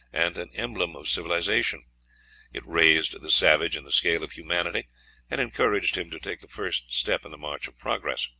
and an emblem of civilisation it raised the savage in the scale of humanity and encouraged him to take the first step in the march of progress.